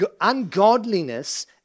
Ungodliness